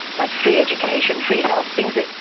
like free education, free health things that,